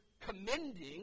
commending